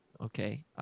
Okay